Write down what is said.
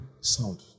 Sound